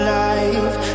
life